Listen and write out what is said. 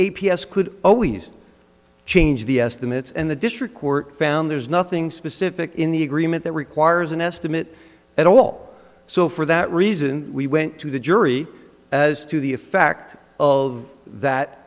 a p s could always change the estimates and the district court found there's nothing specific in the agreement that requires an estimate at all so for that reason we went to the jury as to the effect of that